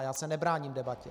A já se nebráním debatě.